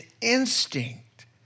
instinct